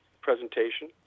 presentation